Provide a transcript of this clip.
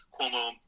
Cuomo